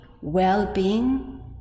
well-being